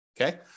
Okay